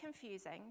confusing